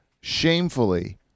shamefully